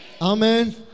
Amen